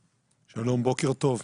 שלום, בוקר טוב.